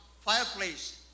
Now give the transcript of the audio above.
fireplace